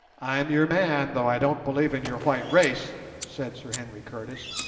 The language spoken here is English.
i'm your man, though i don't believe in your white race said sir henry curtis,